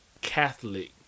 catholic